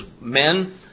men